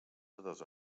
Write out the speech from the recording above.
totes